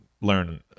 learn